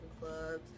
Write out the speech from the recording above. clubs